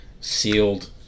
sealed